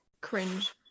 Cringe